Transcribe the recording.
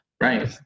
Right